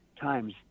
times